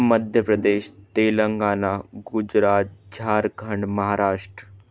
Madhya Pradesh Telangana Gujarat Jharkhand Maharashtra